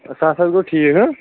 سَتھ حظ گوٚو ٹھیٖک ہہ